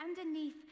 underneath